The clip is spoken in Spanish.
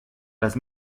las